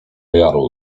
jaru